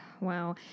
wow